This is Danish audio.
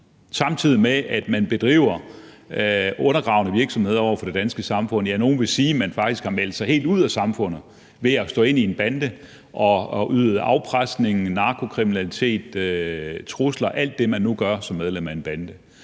samtidig med at de bedrev undergravende virksomhed i det danske samfund, ja, nogle vil sige, at de faktisk har meldt sig helt ud af samfundet ved at gå med i en bande og stå bag afpresning, narkokriminalitet, trusler og alt det, man nu gør som medlem af en bande.